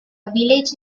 village